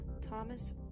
thomas